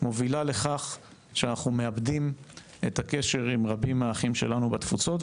מובילה לכך שאנחנו מאבדים את הקשר עם רבים מהאחים שלנו בתפוצות.